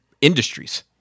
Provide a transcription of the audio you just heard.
industries